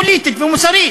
פוליטית ומוסרית,